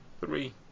three